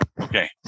Okay